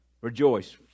Rejoice